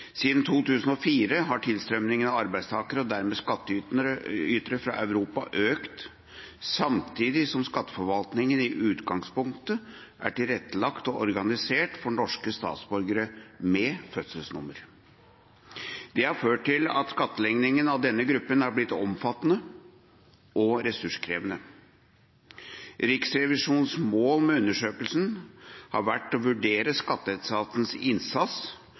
Siden 2004 har tilstrømningen av arbeidstakere og dermed skattytere fra Europa økt, samtidig som skatteforvaltningen i utgangspunktet er tilrettelagt og organisert for norske statsborgere med fødselsnummer. Det har ført til at skattleggingen av denne gruppen har blitt omfattende og ressurskrevende. Riksrevisjonens mål med undersøkelsen har vært å vurdere skatteetatens innsats